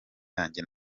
yanjye